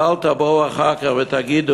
אז אל תבואו אחר כך ותגידו: